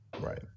Right